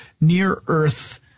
near-Earth